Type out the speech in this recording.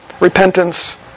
repentance